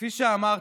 כפי שאמרתי,